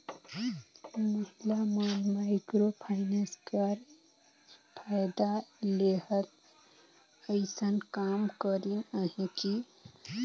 महिला मन micro finance कर फएदा लेहत अइसन काम करिन अहें कि